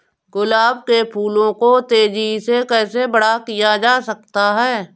गुलाब के फूलों को तेजी से कैसे बड़ा किया जा सकता है?